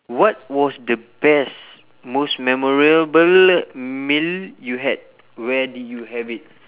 what was the best most memorable meal you had where did you have it